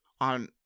on